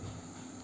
नै